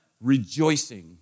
rejoicing